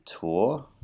tour